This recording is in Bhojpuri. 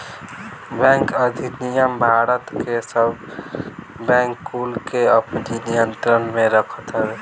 बैंक अधिनियम भारत के सब बैंक कुल के अपनी नियंत्रण में रखत हवे